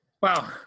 Wow